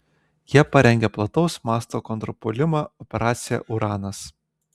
jie parengė plataus masto kontrpuolimą operaciją uranas